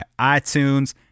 iTunes